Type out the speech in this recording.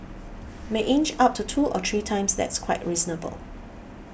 may inch up to two or three times that's quite reasonable